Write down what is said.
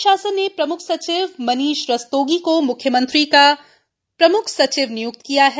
राज्य शासन ने प्रम्ख सचिव मनीष रस्तोगी को म्ख्यमंत्री का प्रम्ख सचिव निय्क्त किया है